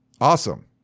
awesome